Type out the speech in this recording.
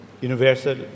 Universal